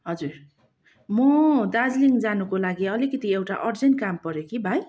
हजुर म दार्जिलिङ जानुको लागि अलिकति एउटा अर्जेन्ट काम पर्यो कि भाइ